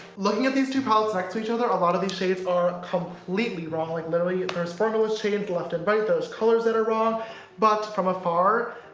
looking at these two palettes next to each other a lot of these shades are completely wrong like literally there's formulas changed left and right there's colors that are wrong but from afar